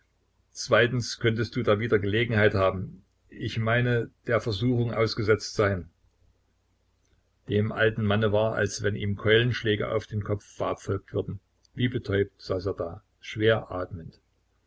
zweitens könntest du da wieder gelegenheit haben ich meine der versuchung ausgesetzt sein dem alten manne war als wenn ihm keulenschläge auf den kopf verabfolgt würden wie betäubt saß er da schwer atmend